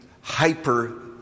hyper